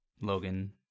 Logan